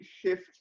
shift